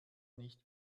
nicht